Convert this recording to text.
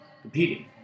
competing